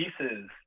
pieces